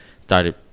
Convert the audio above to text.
started